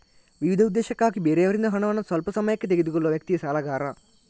ವಿವಿಧ ಉದ್ದೇಶಕ್ಕಾಗಿ ಬೇರೆಯವರಿಂದ ಹಣವನ್ನ ಸ್ವಲ್ಪ ಸಮಯಕ್ಕೆ ತೆಗೆದುಕೊಳ್ಳುವ ವ್ಯಕ್ತಿಯೇ ಸಾಲಗಾರ